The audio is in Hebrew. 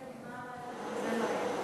עוד מעט לא יהיה לך.